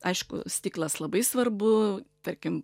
aišku stiklas labai svarbu tarkim